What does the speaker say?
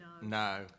No